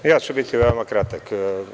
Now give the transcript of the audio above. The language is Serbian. Ja ću biti veoma kratak.